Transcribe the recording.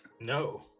No